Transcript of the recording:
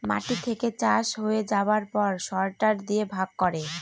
মাটি থেকে চাষ হয়ে যাবার পর সরটার দিয়ে ভাগ করে